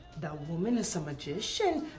that woman is a magician.